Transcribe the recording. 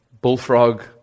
Bullfrog